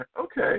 Okay